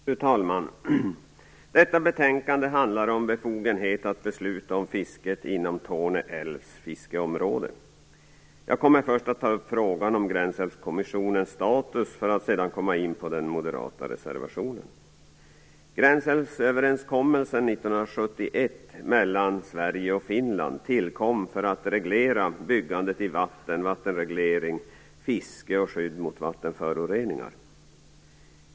Fru talman! Detta betänkande handlar om befogenhet att besluta om fisket inom Torne älvs fiskeområde. Jag kommer först att ta upp frågan om Gränsälvskommissionens status för att sedan komma in på den moderata reservationen. Gränsälvsöverenskommelsen 1971 mellan Sverige och Finland tillkom för att reglera byggande i vatten, vattenreglering, fiske och skydd mot vattenföroreningar.